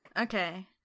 Okay